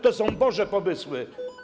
To są boże pomysły.